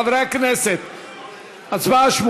חברי הכנסת, הצבעה.